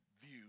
view